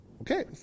Okay